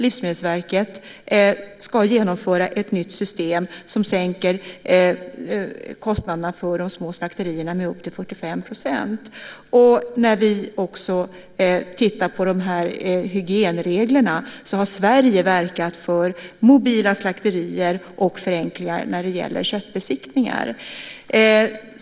Livsmedelsverket ska genomföra ett nytt system som sänker kostnaderna för de små slakterierna med upp till 45 %. När vi tittar på hygienreglerna så har Sverige också verkat för mobila slakterier och för att förenkla när det gäller köttbesiktningar.